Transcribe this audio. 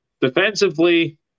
Defensively